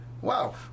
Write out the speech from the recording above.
Wow